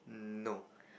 no